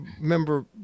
remember